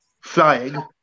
flying